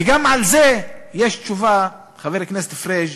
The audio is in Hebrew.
וגם על זה יש תשובה, חבר הכנסת פריג',